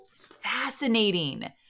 fascinating